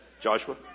Joshua